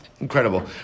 Incredible